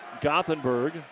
Gothenburg